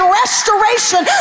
restoration